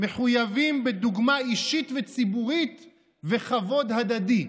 מחויבים בדוגמה אישית וציבורית וכבוד הדדי".